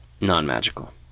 Non-magical